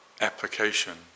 application